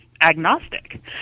agnostic